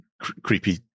creepy